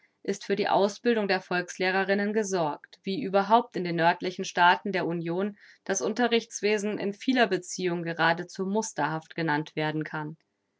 ist für die ausbildung der volkslehrerinnen gesorgt wie überhaupt in den nördlichen staaten der union das unterrichtswesen in vieler beziehung geradezu musterhaft genannt werden kann